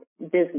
business